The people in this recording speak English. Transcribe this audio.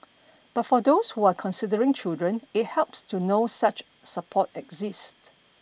but for those who are considering children it helps to know such support exists